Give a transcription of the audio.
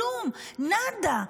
כלום, נאדה.